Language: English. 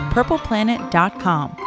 PurplePlanet.com